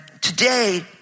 today